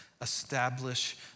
establish